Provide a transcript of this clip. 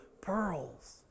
pearls